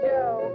Joe